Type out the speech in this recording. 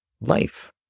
life